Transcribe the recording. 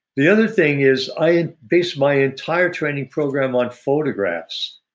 the other thing is i based my entire training program on photographs.